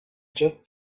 just